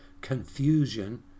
confusion